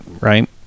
right